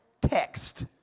text